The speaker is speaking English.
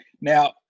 Now